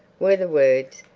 were the words,